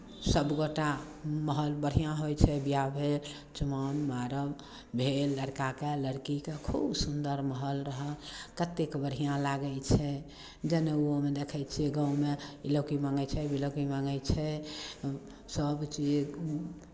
सभ गोटा माहौल बढ़िआँ होइ छै विवाह भेल चुमाओन माड़ब भेल लड़काके लड़कीके खूब सुन्दर माहौल रहल कतेक बढ़िआँ लागै छै जनेउओमे देखै छियै गाँवमे इलौकी मङ्गै छै बिलौकी मङ्गै छै सभचीज